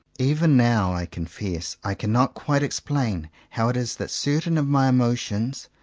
even now i confess i cannot quite explain how it is that certain of my emotions,